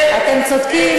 אתם צודקים.